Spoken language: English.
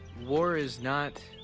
war is not,